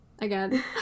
again